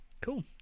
Cool